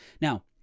Now